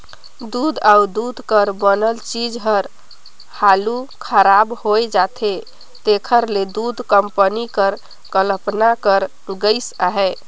दूद अउ दूद कर बनल चीज हर हालु खराब होए जाथे तेकर ले दूध कंपनी कर कल्पना करल गइस अहे